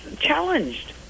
challenged